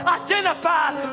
identified